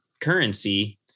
currency